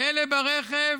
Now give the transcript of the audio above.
"אלה ברכב